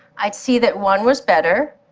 i'd see that one was better,